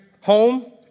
home